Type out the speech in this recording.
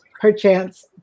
perchance